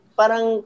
parang